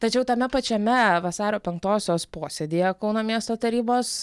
tačiau tame pačiame vasario penktosios posėdyje kauno miesto tarybos